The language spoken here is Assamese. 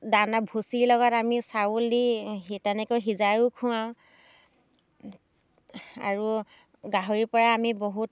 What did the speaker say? দানা ভুচী লগত আমি চাউল দি তেনেকৈ সিজাইয়ো খুৱাওঁ আৰু গাহৰিৰ পৰা আমি বহুত